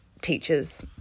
teachers